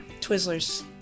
twizzlers